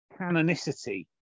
canonicity